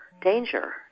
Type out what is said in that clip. danger